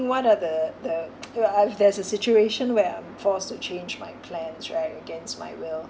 what are the the uh if there's a situation where I'm forced to change my plans right against my will